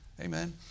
Amen